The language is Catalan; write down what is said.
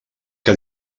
que